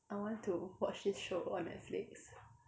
I want to watch this show on netflix